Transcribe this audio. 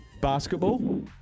basketball